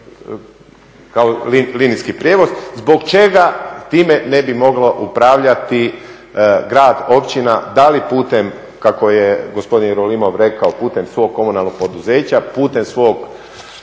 kao linijski prijevoz, zbog čega time ne bi moglo upravljati grad, općina, da li putem kako je gospodin Jerolimov rekao, putem svog komunalnog poduzeća, putem svog